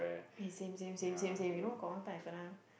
eh same same same same same you know got one time I kena